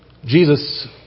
Jesus